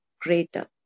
greater